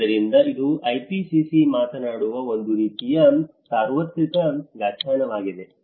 ಆದ್ದರಿಂದ ಇದು IPCC ಮಾತನಾಡುವ ಒಂದು ರೀತಿಯ ಸಾರ್ವತ್ರಿಕ ವ್ಯಾಖ್ಯಾನವಾಗಿದೆ